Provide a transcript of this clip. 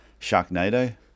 sharknado